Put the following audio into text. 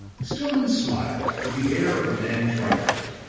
stillman smiled with the air of a man triumphant,